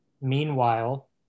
meanwhile